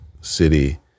city